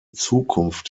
zukunft